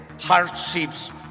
hardships